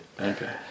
okay